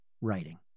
writing